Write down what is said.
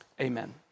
Amen